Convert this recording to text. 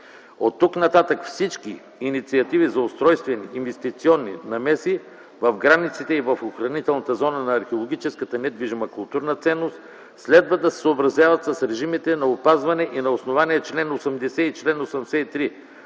Оттук нататък всички инициативи за устройствени инвестиционни намеси в границите и в охранителната зона на археологическата недвижима културна ценност следва да се съобразяват с режимите на опазване и на основание чл. 80 и чл. 83